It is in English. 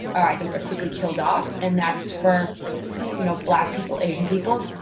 i think they're quickly killed off. and that's for you know black people. asian people.